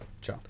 ciao